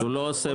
לא, לא.